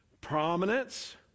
prominence